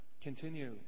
continue